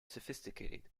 sophisticated